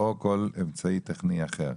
או כל אמצעי טכני אחר.